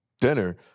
dinner